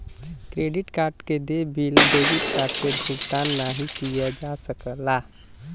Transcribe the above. credit card क देय bill debit card से भुगतान नाहीं किया जा सकला